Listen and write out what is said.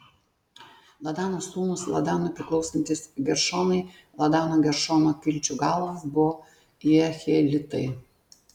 ladano sūnūs ladanui priklausantys geršonai ladano geršono kilčių galvos buvo jehielitai